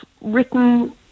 written